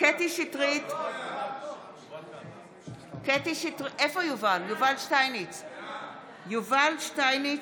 (קוראת בשם חבר הכנסת) יובל שטייניץ,